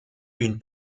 une